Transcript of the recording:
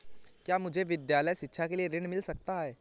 क्या मुझे विद्यालय शिक्षा के लिए ऋण मिल सकता है?